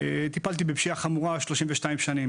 טיפלתי בפשיעה חמורה 32 שנים.